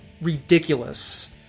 ridiculous